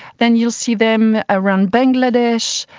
then you'll see them around bangladesh.